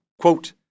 Quote